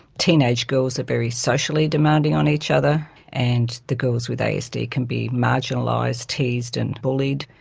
teenage girls are very socially demanding on each other, and the girls with asd can be marginalised, teased and bullied.